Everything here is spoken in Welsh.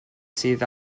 sydd